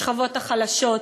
השכבות החלשות,